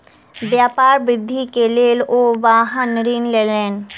व्यापार वृद्धि के लेल ओ वाहन ऋण लेलैन